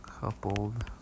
coupled